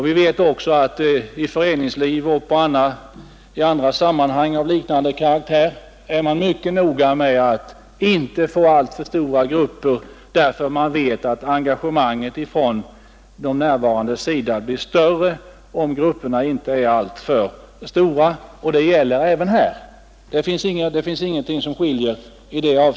Vi vet också att man i föreningsliv och i andra sammanhang av liknande karaktär är mycket noga med att inte få alltför stora grupper, eftersom man vet att engagemanget bland de närvarande blir intensivare om grupperna inte är alltför stora. Detta gäller även här. Det finns i det avseendet ingen skillnad.